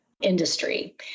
industry